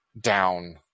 down